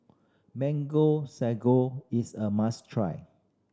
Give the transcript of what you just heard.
Mango Sago is a must try